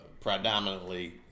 predominantly